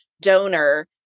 donor